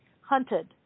Hunted